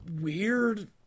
weird